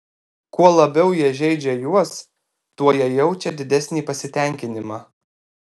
kuo labiau jie žeidžia juos tuo jie jaučia didesnį pasitenkinimą